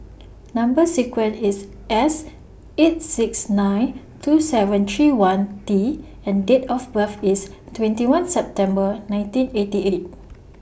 Number sequence IS S eight six nine two seven three one T and Date of birth IS twenty one September nineteen eighty eight